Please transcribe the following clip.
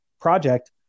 project